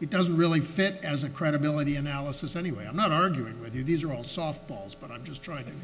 it doesn't really fit as a credibility analysis anyway i'm not arguing with you these are all softballs but i'm just trying to